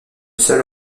seul